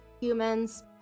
humans